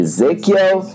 Ezekiel